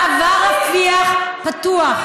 מעבר רפיח פתוח.